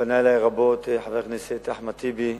פנה אלי רבות חבר הכנסת אחמד טיבי,